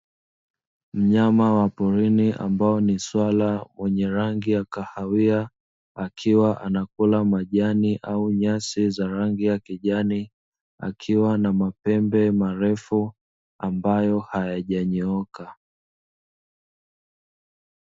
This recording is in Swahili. Mnyama wa porini ambae ni swala mwenye rangi ya kahawia akiwa anakula majani au nyasi za rangi ya kijani, akiwa na mapembe marefu ambayo hayajanyooka.